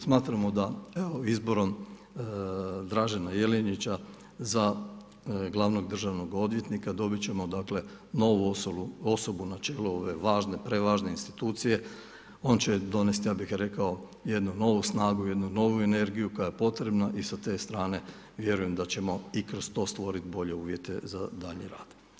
Smatramo da izborom Dražena Jelinića za glavnog državnog odvjetnika dobit ćemo novu osobu na čelu ove važne, prevažne institucije, on će donesti ja bih rekao, jednu novu snagu, jednu novu energiju koja je potrebna i sa te strane vjerujem da ćemo i kroz to stvoriti bolje uvjete za dalji rad.